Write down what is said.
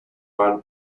run